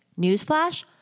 Newsflash